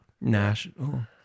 National